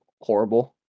horrible